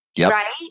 right